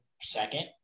second